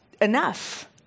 enough